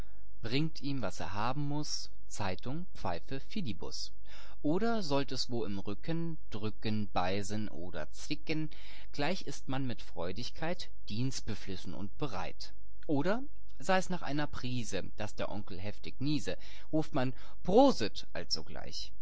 bringt ihm was er haben muß zeitung pfeife fidibus oder sollt es wo im rücken drücken beißen oder zwicken gleich ist man mit freudigkeit dienstbeflissen und bereit oder sei's nach einer prise daß der onkel heftig niese ruft man prosit